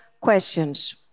questions